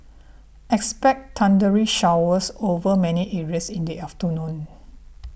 expect thundery showers over many areas in the afternoon